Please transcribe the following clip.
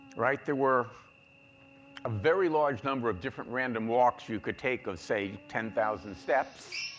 right? there were a very large number of different random walks you could take of say, ten thousand steps.